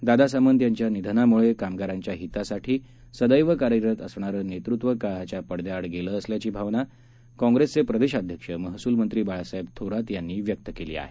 दादा सामंत यांच्या निधनामुळे कामगारांच्या हितासाठी सदैव कार्यरत असणारे नेतृत्व काळाच्या पडाद्याआड गेलं असल्याची भावना काँग्रेसचे प्रदेशाध्यक्ष महसूलमंत्री बाळासाहेब थोरात यांनी व्यक्त केली आहे